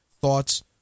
thoughts